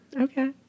Okay